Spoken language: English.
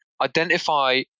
identify